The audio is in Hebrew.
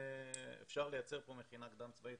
אפשר לייצר פה מכינה קדם צבאית,